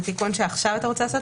זה תיקון שעכשיו אתה רוצה לעשות?